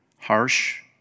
harsh